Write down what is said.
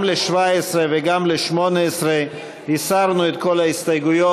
גם ל-17' וגם ל-18', הסרנו את כל ההסתייגויות.